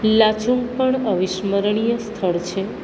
લાચુંગ પણ અવિસ્મરણીય સ્થળ છે